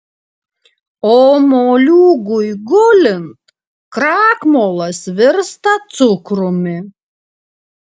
o moliūgui gulint krakmolas virsta cukrumi